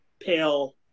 pale